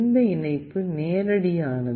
இந்த இணைப்பு நேரடியானது